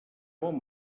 bon